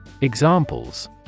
Examples